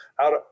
out